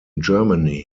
germany